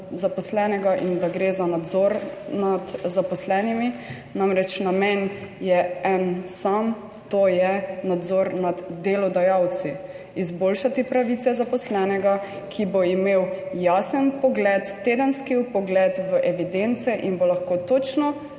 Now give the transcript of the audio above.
in da gre za nadzor nad zaposlenimi. Namen je namreč en sam, to je nadzor nad delodajalci, izboljšati pravice zaposlenega, ki bo imel jasen vpogled, tedenski vpogled v evidence in bo lahko točno